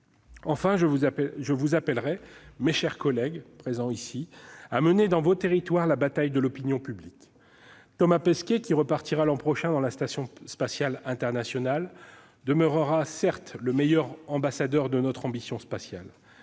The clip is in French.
Enfin, je vous appelle, mes chers collègues, à mener, dans vos territoires, la bataille de l'opinion publique. Thomas Pesquet, qui repartira l'an prochain dans la station spatiale internationale, demeurera, certes, le meilleur ambassadeur de notre ambition spatiale.